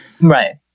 Right